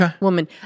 woman